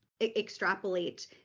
extrapolate